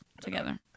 together